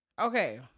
Okay